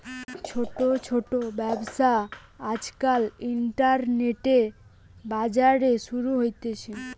ছোট ছোট ব্যবসা আজকাল ইন্টারনেটে, বাজারে শুরু হতিছে